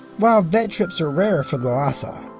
while vet trips are rarer for the lhasa,